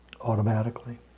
automatically